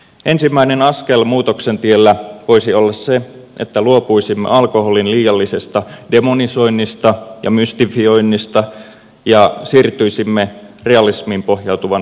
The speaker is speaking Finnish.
ensimmäinen askel muutoksen tiellä voisi olla se että luopuisimme alkoholin liiallisesta demonisoinnista ja mystifioinnista ja siirtyisimme realismiin pohjautuvan valistuksen tielle